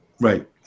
Right